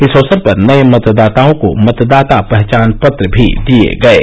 इस अवसर पर नये मतदाताओं को मतदाता पहचान पत्र भी दिये गये